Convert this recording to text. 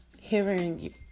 hearing